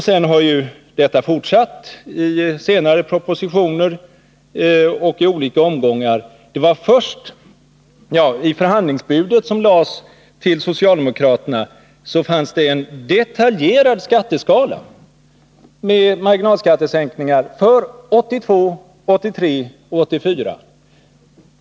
Sedan har detta framkommit i propositioner och i olika omgångar. I det förhandlingsbud som lades till socialdemokraterna fanns en detaljerad skatteskala med marginalskattesänkningar för 1982, 1983 och 1984.